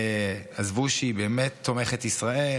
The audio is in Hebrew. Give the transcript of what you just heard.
עזבו שהיא באמת תומכת ישראל,